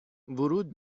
ورود